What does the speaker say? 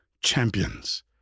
champions